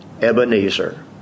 Ebenezer